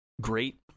great